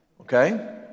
Okay